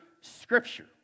Scripture